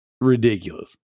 ridiculous